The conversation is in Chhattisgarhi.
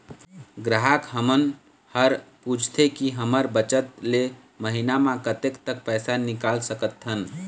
ग्राहक हमन हर पूछथें की हमर बचत ले महीना मा कतेक तक पैसा निकाल सकथन?